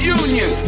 union